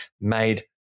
made